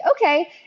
okay